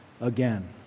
again